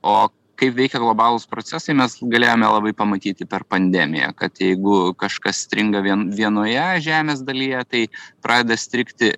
o kaip veikia globalūs procesai mes galėjome labai pamatyti per pandemiją kad jeigu kažkas stringa vien vienoje žemės dalyje tai pradeda strigti